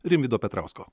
rimvydo petrausko